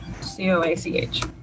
c-o-a-c-h